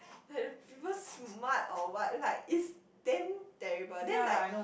like the people smart or what like is damn terrible then like